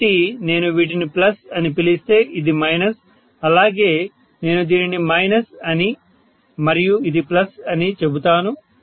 కాబట్టి నేను వీటిని ప్లస్ అని పిలిస్తే ఇది మైనస్ అలాగే నేను దీనిని మైనస్ అని మరియు ఇది ప్లస్ అని చెబుతాను